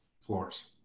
floors